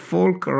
Folk